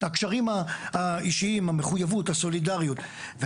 הקשרים האישיים, המחויבות, הסולידריות.